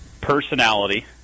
personality